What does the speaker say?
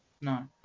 no